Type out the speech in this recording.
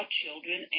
children